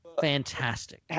fantastic